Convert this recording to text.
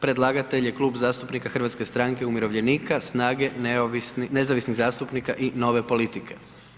Predlagatelj je Klub zastupnika Hrvatske stranke umirovljenika, SNAGA-e, nezavisnih zastupnika i Nove Politike.